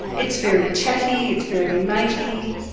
it's very chatty, it's very matey,